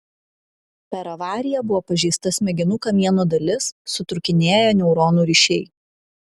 per avariją buvo pažeista smegenų kamieno dalis sutrūkinėję neuronų ryšiai